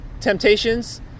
temptations